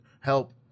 help